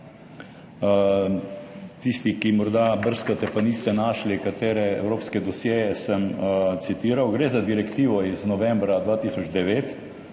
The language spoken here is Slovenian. Tisti, ki morda brskate, pa niste našli katere evropske dosjeje sem citiral, gre za direktivo iz novembra 2009,